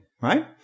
right